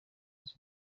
nzi